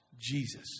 Jesus